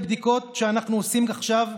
בבדיקות שאנחנו עושים עכשיו,